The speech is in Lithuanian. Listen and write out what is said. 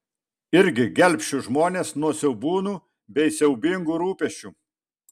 irgi gelbsčiu žmones nuo siaubūnų bei siaubingų rūpesčių